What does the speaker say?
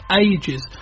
ages